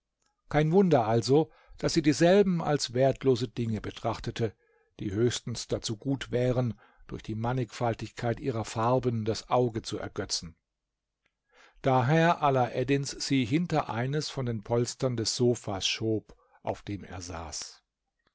kein wunder also daß sie dieselben als wertlose dinge betrachtete die höchstens dazu gut wären durch die mannigfaltigkeit ihrer farben das auge zu ergötzen daher alaeddin sie hinter eines von den polstern des sofas schob auf dem er saß